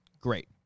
great